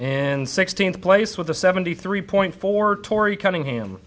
and sixteenth place with a seventy three point four tory cunningham